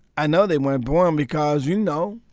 i know they weren't born because, you know,